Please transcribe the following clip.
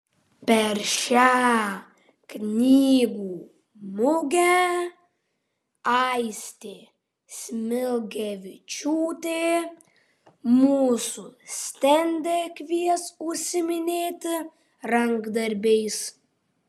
per šią knygų mugę aistė smilgevičiūtė mūsų stende kvies užsiiminėti rankdarbiais